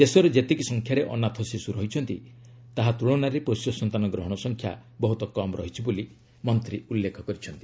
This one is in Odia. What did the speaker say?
ଦେଶରେ ଯେତିକି ସଂଖ୍ୟାରେ ଅନାଥ ଶିଶୁ ରହିଛନ୍ତି ତାହା ତୁଳନାରେ ପୋଷ୍ୟ ସନ୍ତାନ ଗ୍ରହଣ ସଂଖ୍ୟା ବହୁତ କମ୍ ରହିଛି ବୋଲି ମନ୍ତ୍ରୀ ଉଲ୍ଲେଖ କରିଛନ୍ତି